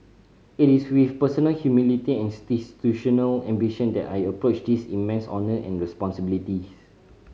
it is with personal humility and institutional ambition that I approach this immense honour and responsibilities